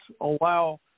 allow